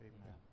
Amen